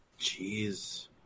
Jeez